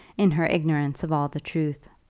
in her ignorance of all the truth.